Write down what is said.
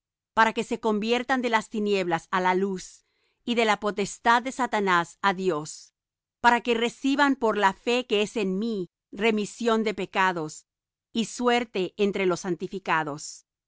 para que se conviertan de las tinieblas á la luz y de la potestad de satanás á dios para que reciban por la fe que es en mí remisión de pecados y suerte entre los santificados